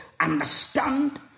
understand